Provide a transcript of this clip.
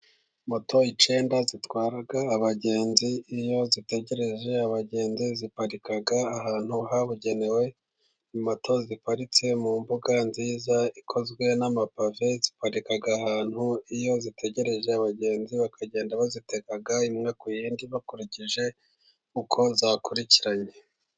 Moto icyenda zitwara abagenzi, iyo zitegereje abagenzi ziparika ahantu habugenewe, moto ziparitse mu mbuga nziza ikozwe n'amapave, ziparika ahantu iyo zitegereje abagenzi bakagenda bazitega imwe ku yindi, bakurikije uko zakurikiranye.